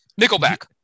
Nickelback